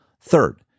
Third